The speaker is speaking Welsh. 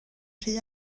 rhy